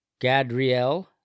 gadriel